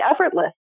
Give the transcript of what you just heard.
effortless